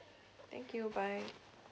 thank you bye